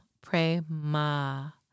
Prema